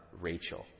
Rachel